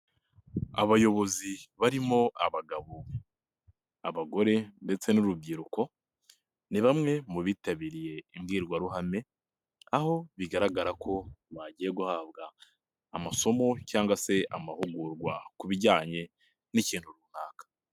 Abayobozi barimo abagabo, abagore ndetse n'urubyiruko, ni bamwe mu bitabiriye imbwirwaruhame, aho bigaragara ko bagiye guhabwa, amasomo cyangwa se amahugurwa, ku bijyanye n'ikintu runaka.